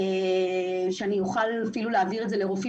שאוכל להעביר לרופאים.